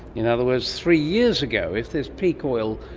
in other words three years ago. if there is peak oil,